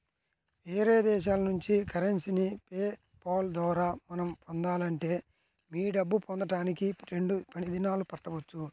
వేరే దేశాల నుంచి కరెన్సీని పే పాల్ ద్వారా మనం పొందాలంటే మీ డబ్బు పొందడానికి రెండు పని దినాలు పట్టవచ్చు